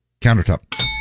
countertop